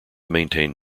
maintain